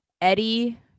Eddie